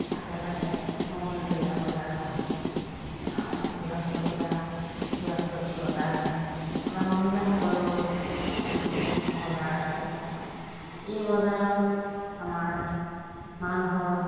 আশে পাশে মঙলবৰীয়া বজাৰ বহে বৃহস্পতীয়া বৃহস্পতি বজাৰ বহে আমাৰ মহিলাসকলৰো বজাৰ আছে এই বজাৰত আমাৰ মানুহৰ